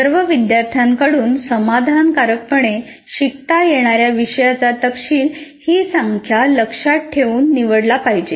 सर्व विद्यार्थ्यांकडून समाधानकारकपणे शिकता येणार्या विषयाचा तपशील ही संख्या लक्षात ठेवून निवडला पाहिजे